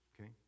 okay